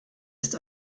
ist